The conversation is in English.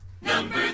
Number